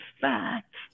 fact